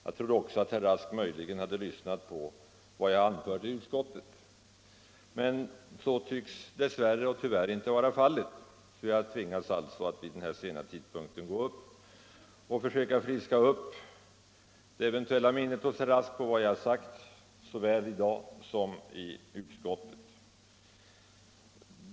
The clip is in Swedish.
Jag trodde att herr Rask också möjligen hade lyssnat på vad jag anförde i utskottet. Men så tycks dess värre inte vara fallet, och jag tvingas alltså att vid den här sena timmen försöka friska upp det eventuella minnet hos herr Rask om vad jag har sagt såväl i dag som i utskottet.